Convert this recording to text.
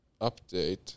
update